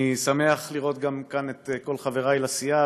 אני שמח לראות גם את כל חברי לסיעה,